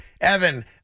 Evan